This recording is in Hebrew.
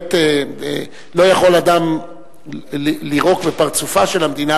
לא יכול אדם לירוק לפרצופה של המדינה,